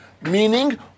meaning